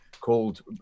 called